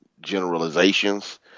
generalizations